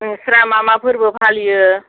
नोंस्रा मा मा फोरबो फालियो